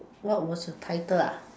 what was your title ah